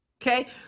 Okay